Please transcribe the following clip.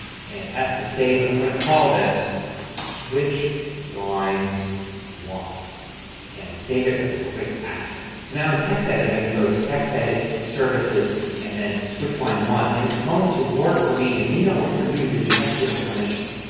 command s to save. i'm going to call this switch lines one and save it as a quick action. so now in textedit i can go to textedit services and then switch lines one. and it's going to work for me. it may not work for you because you have to give it permissions.